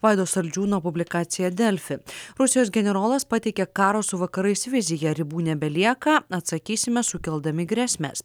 vaido saldžiūno publikacija delfi rusijos generolas pateikė karo su vakarais vizią ribų nebelieka atsakysime sukeldami grėsmes